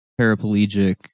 paraplegic